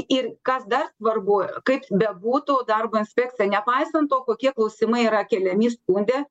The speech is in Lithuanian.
ir kas dar svarbu kaip bebūtų darbo inspekcija nepaisant to kokie klausimai yra keliami skunde